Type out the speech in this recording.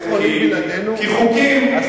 כי חוקים,